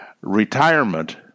retirement